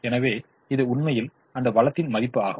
எனவே இது உண்மையில் அந்த வளத்தின் மதிப்பு ஆகும்